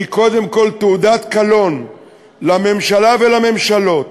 היא קודם כול תעודת קלון לממשלה ולממשלות